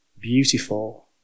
beautiful